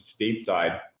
stateside